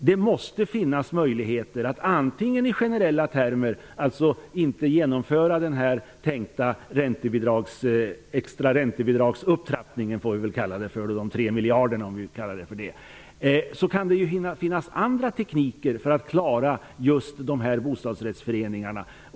Det måste finnas andra möjligheter än att genomföra den tänkta extra räntebidragsupptrappningen -- de 3 miljarderna -- för att klara just dessa bostadsrättsföreningar.